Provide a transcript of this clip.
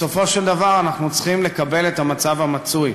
בסופו של דבר אנחנו צריכים לקבל את המצב המצוי,